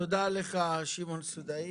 תודה לך שמעון סודאי.